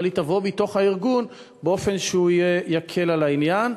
אבל היא תבוא מתוך הארגון באופן שיקל את העניין.